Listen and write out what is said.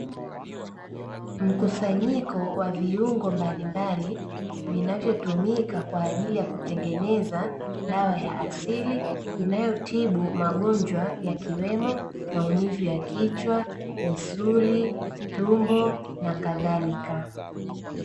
Mkusanyiko wa viungo mbalimbali vinavyotumika kwa ajili ya kutengeneza dawa ya asili inayotibu magonjwa yakiwemo maumivu ya kichwa, misuli, tumbo, na kadhalika.